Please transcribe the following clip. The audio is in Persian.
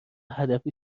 هدفی